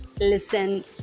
listen